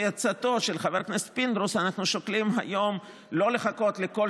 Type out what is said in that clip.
כהצעתו של חבר הכנסת פינדרוס אנחנו שוקלים היום לא לחכות לכל